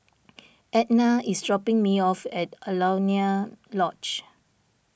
Edna is dropping me off at Alaunia Lodge